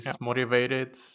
Motivated